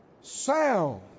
Sound